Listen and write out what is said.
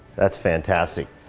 that's fantastic.